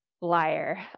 Liar